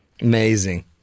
Amazing